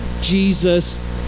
Jesus